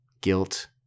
guilt